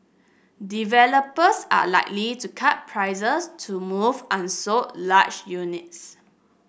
developers are likely to cut prices to move unsold large units